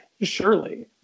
surely